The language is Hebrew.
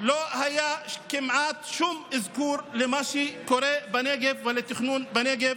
לא היה כמעט שום אזכור למה שקורה בנגב ולתכנון בנגב,